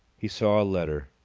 he saw a letter.